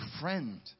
friend